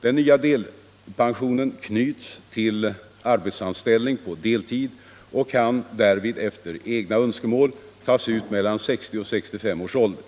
Den nya delpensionen knyts till arbetsanställning på deltid och kan därvid efter egna önskemål tas ut mellan 60 och 65 års ålder.